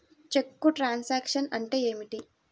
చెక్కు truncation అంటే ఏమిటి?